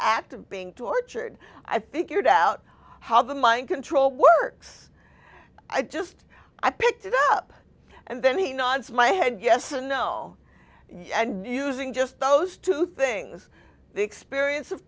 act of being tortured i figured out how the mind control works i just i picked it up and then he nods my head yes and no yeah and using just those two things the experience of